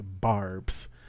barbs